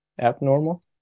abnormal